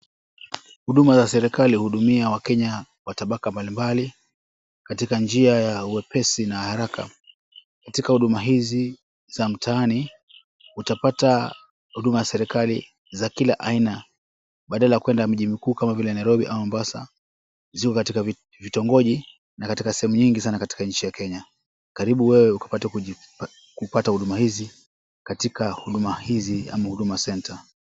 Huduma za serikali huhudumia Wakenya wa tabaka mbalimbali katika njia ya uwepesi na haraka. Katika huduma hizi za mtaani utapata huduma ya serikali za kila aina badala ya kwenda miji mikuu kama vile Nairobi ama Mombasa, ziko katika vitongoji na katika sehemu nyingi sana katika nchi ya Kenya. Karibu wewe ukapate kupata huduma hizi katika huduma hizi ama "huduma center".